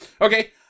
Okay